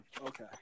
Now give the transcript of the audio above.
Okay